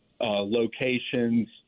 locations